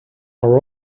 are